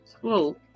Whoa